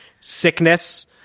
sickness